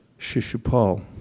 Shishupal